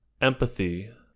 empathy